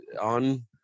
on